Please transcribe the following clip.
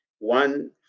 one